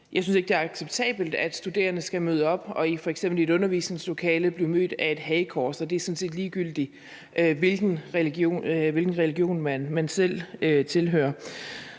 Jeg synes ikke, det er acceptabelt, at studerende skal møde op og f.eks. i et undervisningslokale blive mødt af et hagekors, og det er sådan set, ligegyldigt hvilken religion man selv tilhører.